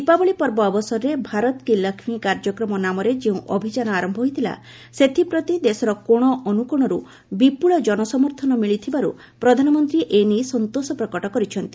ଦୀପାବଳି ପର୍ବ ଅବସରରେ ଭାରତ୍ କୀ ଲକ୍ଷ୍ମୀ କାର୍ଯ୍ୟକ୍ରମ ନାମରେ ଯେଉଁ ଅଭିଯାନ ଆରମ୍ଭ ହୋଇଥିଲା ସେଥିପ୍ରତି ଦେଶର କୋଶ ଅନୁକୋଶରୁ ବିପୁଳ ଜନ ସମର୍ଥନ ମିଳିଥିବାରୁ ପ୍ରଧାନମନ୍ତ୍ରୀ ଏନେଇ ସନ୍ତୋଷ ପ୍ରକଟ କରିଛନ୍ତି